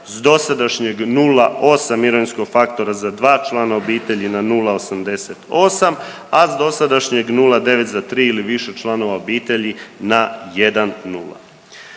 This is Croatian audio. s dosadašnjeg 0,8 mirovinskog faktora za dva člana obitelji na 0,88, a s dosadašnjeg 0,9 za tri ili više članova obitelji na 1,0.